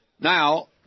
Now